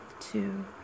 two